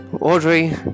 Audrey